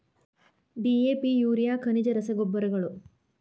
DAP urea ಖನಿಜ ರಸಗೊಬ್ಬರಗಳು